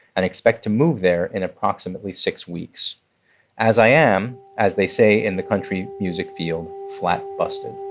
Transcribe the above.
and expect to move there in approximately six weeks as i am, as they say in the country music field, flat busted